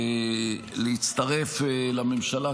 להצטרף לממשלה,